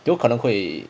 有可能会